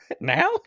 Now